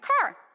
car